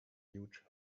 huge